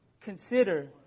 consider